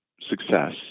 success